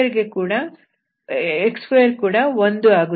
x2 ಕೂಡ 1 ಆಗುತ್ತದೆ